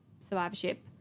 survivorship